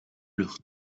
leur